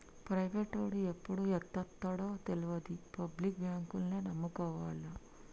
ప్రైవేటోడు ఎప్పుడు ఎత్తేత్తడో తెల్వది, పబ్లిక్ బాంకుల్నే నమ్ముకోవాల